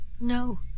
No